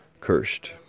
cursed